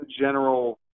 general